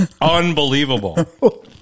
Unbelievable